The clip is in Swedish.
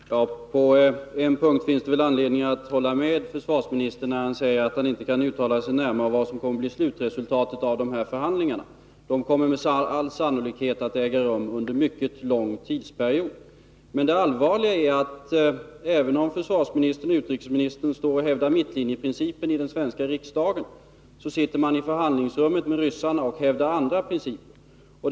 Herr talman! På en punkt finns det väl anledning till att hålla med försvarsministern, nämligen när han säger att han inte kan uttala sig närmare om vad som kommer att bli slutresultatet av förhandlingarna. De kommer med all sannolikhet att äga rum under en mycket lång tidsperiod. Men det allvarliga är att även om försvarsministern och utrikesministern står och hävdar mittlinjeprincipen i den svenska riksdagen, sitter man i förhandlingsrummet med ryssarna och hävdar andra principer.